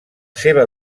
seva